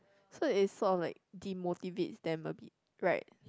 so it sort of like demotivates them a bit right